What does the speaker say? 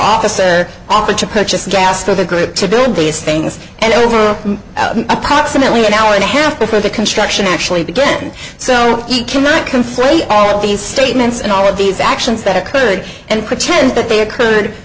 officer offered to purchase gas for the group to build these things and it was approximately an hour and a half before the construction actually began so he cannot conflate all these statements and all of these actions that occurred and pretend that they occurred